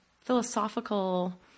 philosophical